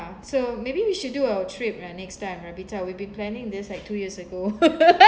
so maybe we should do our trip lah next time ravita we've been planning this like two years ago